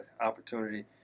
opportunity